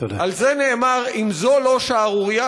על זה נאמר: אם זו לא שערורייה,